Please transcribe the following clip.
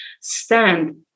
stand